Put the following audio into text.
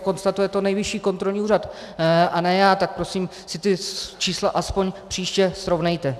Konstatuje to Nejvyšší kontrolní úřad a ne já, tak prosím si ta čísla aspoň příště srovnejte.